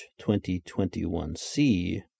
2021C